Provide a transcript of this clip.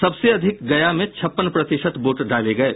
सबसे अधिक गया में छप्पन प्रतिशत वोट डाले गये